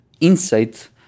insight